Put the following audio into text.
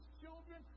children